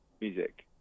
music